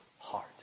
heart